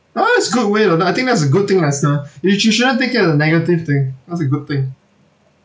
oh is good way you know I think that's a good thing lester you you shouldn't take it as a negative thing that's a good thing